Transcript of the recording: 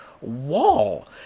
wall